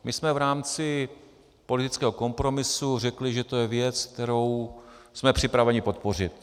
My jsme v rámci politického kompromisu řekli, že to je věc, kterou jsme připraveni podpořit.